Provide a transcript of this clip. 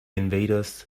invaders